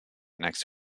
next